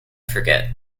forget